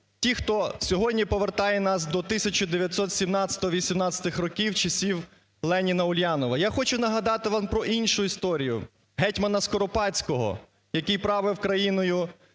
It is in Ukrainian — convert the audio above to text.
ті, хто сьогодні повертає нас до 1917-1918 років, часів Леніна Ульянова. Я хочу нагадати вам про іншу історію, гетьмана Скоропадського, який правив країною